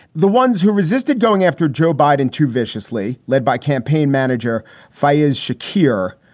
the ones who resisted going after joe biden too viciously led by campaign manager fayez shakir,